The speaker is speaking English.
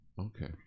Okay